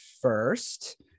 first